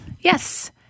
Yes